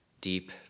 deep